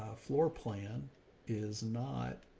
ah floor plan is not